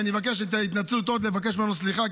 ואני מבקש עוד פעם להתנצל ולבקש ממנו סליחה.